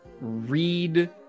read